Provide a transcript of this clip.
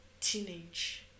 teenage